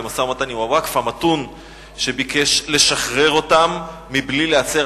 ומשא-ומתן עם הווקף המתון שביקש לשחרר אותם מבלי להיעצר,